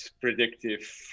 predictive